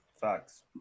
Facts